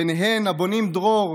וביניהן הבונים דרור,